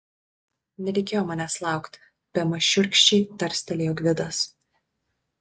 nereikėjo manęs laukti bemaž šiurkščiai tarstelėjo gvidas